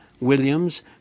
Williams